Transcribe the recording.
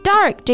Dark